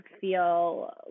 feel